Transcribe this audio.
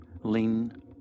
Lean